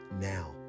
now